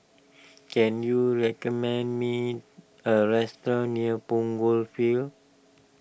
can you recommend me a restaurant near Punggol Field